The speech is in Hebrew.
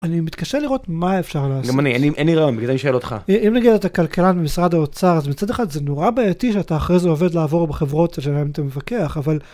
אני מתקשה לראות מה אפשר לעשות. גם אני, אין לי רעיון בגלל זה אני שואל אותך. אם נגיד אתה כלכלן במשרד האוצר אז מצד אחד זה נורא בעייתי שאתה אחרי זה עובד לעבור בחברות שעליהן אתה מפקח אבל.